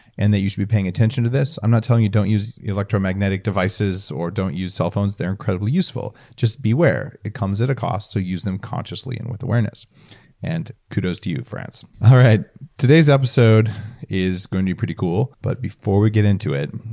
and that you should be paying attention to this. i'm not telling you don't use electromagnetic devices or don't use cellphones, they're incredibly useful. just be aware, it comes at a cost, so use them consciously and with awareness and kudos to you france today's episode is going to be pretty cool, but before we get into it,